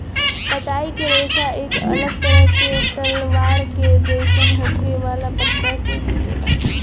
पतई के रेशा एक अलग तरह के तलवार के जइसन होखे वाला पत्ता से मिलेला